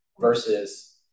versus